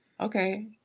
Okay